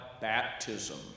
baptism